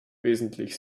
wesentlich